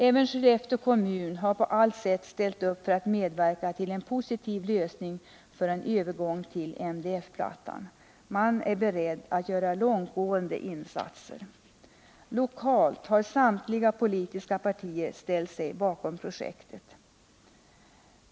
Även Skellefteå kommun har på allt sätt ställt upp för att medverka till en positiv lösning för en övergång till MDF-plattan. Man är beredd att göra långtgående insatser. Lokalt har samtliga politiska partier ställt sig bakom projektet.